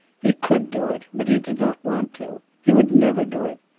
he could do it, but he did not want to. he would never do it.